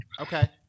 Okay